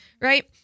right